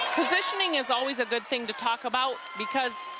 positioning is always a good thing to talk about because